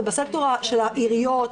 בסקטור של העיריות,